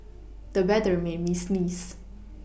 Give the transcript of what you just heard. the weather made me sneeze